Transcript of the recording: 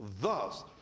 Thus